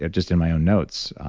ah just in my own notes.